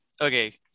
okay